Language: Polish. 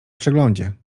przeglądzie